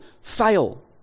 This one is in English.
Fail